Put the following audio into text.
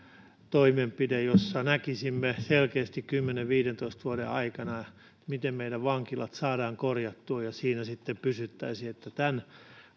toimenpide jossa näkisimme selkeästi kymmenen viiva viidentoista vuoden aikana miten meidän vankilamme saadaan korjattua ja siinä sitten pysyttäisiin tämän